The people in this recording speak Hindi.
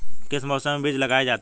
किस मौसम में बीज लगाए जाते हैं?